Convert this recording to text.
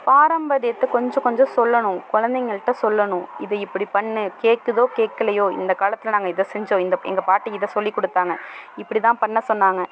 பாரம்பரியத்தை கொஞ்சம் கொஞ்சம் சொல்லணும் குழந்தைகள்கிட்ட சொல்லணும் இதை இப்படி பண்ணு கேட்குதோ கேட்கலையோ இந்த காலத்தில் நாங்கள் இதை செஞ்சோம் இந்த எங்கள் பாட்டி இதை சொல்லி கொடுத்தாங்க இப்படி தான் பண்ண சொன்னாங்க